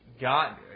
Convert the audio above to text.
God